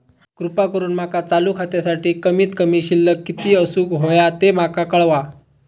कृपा करून माका चालू खात्यासाठी कमित कमी शिल्लक किती असूक होया ते माका कळवा